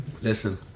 Listen